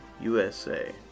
USA